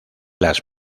las